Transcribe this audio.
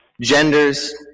genders